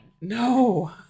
No